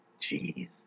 Jeez